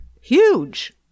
huge